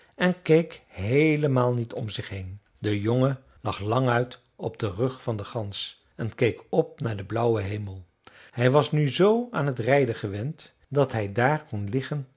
en keek heelemaal niet om zich heen de jongen lag languit op den rug van de gans en keek op naar den blauwen hemel hij was nu zoo aan het rijden gewend dat hij daar kon liggen